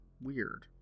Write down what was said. Weird